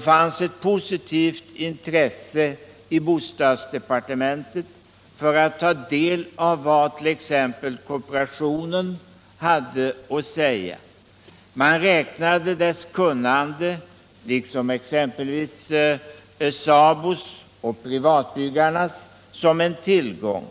fanns ett positivt intresse i bostadsdepartementet för att ta del av vad t.ex. kooperationen hade att säga. Man räknade dess kunnande, liksom exempelvis SABO:s och privatbyggarnas, som en tillgång.